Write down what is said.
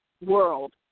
world